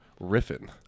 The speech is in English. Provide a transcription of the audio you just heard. riffing